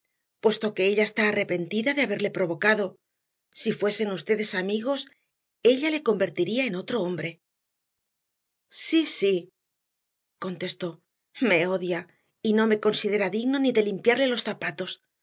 puesto que ella está arrepentida de haberle provocado si fuesen ustedes amigos ella le convertiría en otro hombre sí sí contestó me odia y no me considera digno ni de limpiarle los zapatos